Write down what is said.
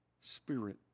Spirit